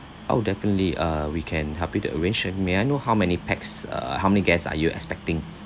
oh definitely uh we can help you to arrange and may I know how many pax uh how many guests are you expecting